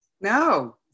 No